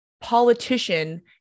politician